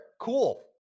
Cool